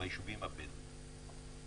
ביישובים הבדואים.